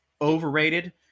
Overrated